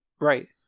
Right